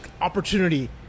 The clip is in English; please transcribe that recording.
opportunity